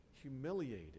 humiliated